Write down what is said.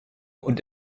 und